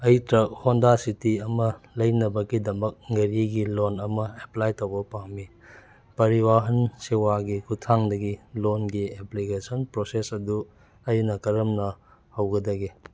ꯑꯩ truck Honda City ꯑꯃ ꯂꯩꯅꯕꯒꯤꯗꯃꯛ ꯒꯥꯔꯤꯒꯤ ꯂꯣꯟ ꯑꯃ ꯑꯦꯄ꯭ꯂꯥꯏ ꯇꯧꯕ ꯄꯥꯝꯃꯤ ꯄꯥꯔꯤꯋꯥꯍꯟ ꯁꯦꯋꯥꯒꯤ ꯈꯨꯊꯥꯡꯗꯒꯤ ꯂꯣꯟꯒꯤ ꯑꯦꯄ꯭ꯂꯤꯀꯦꯁꯟ ꯄ꯭ꯔꯣꯁꯦꯁ ꯑꯗꯨ ꯑꯩꯅ ꯀꯔꯝꯅ ꯍꯧꯒꯗꯒꯦ